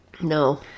no